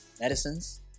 medicines